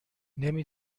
نمی